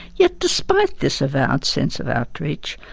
yet despite this avowed sense of outreach,